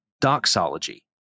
doxology